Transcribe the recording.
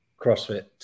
CrossFit